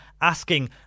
asking